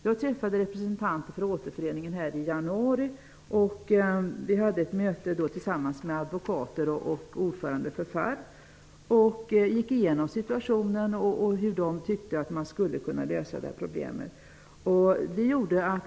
Jag träffade representanter för Återföreningen i januari, och vi hade ett möte tillsammans med advokater och FARR:s ordförande, då vi gick igenom situationen och hur de tyckte att man skulle kunna lösa problemet.